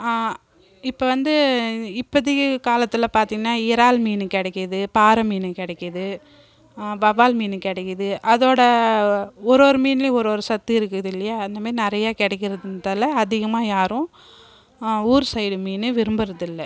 இப்போ வந்து இப்போதிக்கு காலத்தில் பார்த்திங்கனா இறால் மீன் கிடைக்கிது பாறை மீன் கெடைக்கிது வவ்வால் மீன் கெடைக்கிது அதோட ஒரு ஒரு மீன்லையும் ஒரு ஒரு சத்து இருக்குதுல்லையா அந்தமாரி நிறையா கிடைக்கிறதால அதிகமாக யாரும் ஊர் சைடு மீன் விரும்புருதில்லை